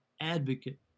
advocate